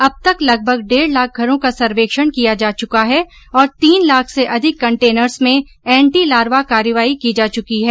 अब तक लगभग डेढ लाख घरों का सर्वेक्षण किया जा चुका है और तीन लाख से अधिक कंटेनर्स में एंटी लार्वा कार्रवाई की जा चुकी है